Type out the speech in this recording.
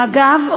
מג"ב,